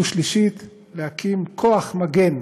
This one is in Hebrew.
שלישית, להקים כוח מגן,